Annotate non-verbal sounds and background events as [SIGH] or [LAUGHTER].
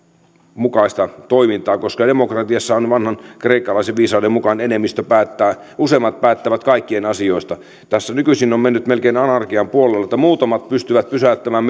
mukaista toimintaa koska demokratiassahan vanhan kreikkalaisen viisauden mukaan enemmistö päättää useimmat päättävät kaikkien asioista tässä nykyisin on mennyt melkein anarkian puolelle että muutamat pystyvät pysäyttämään [UNINTELLIGIBLE]